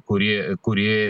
kuri kuri